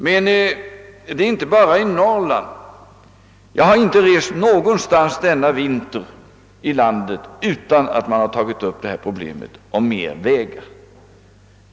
Men det är inte bara i Norrland dessa problem möter — jag har inte kommit någonstans i landet denna vinter utan att man fört fram önskemål om mer vägar.